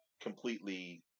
completely